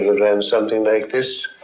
ran something like this